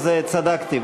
אז צדקתי.